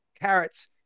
carrots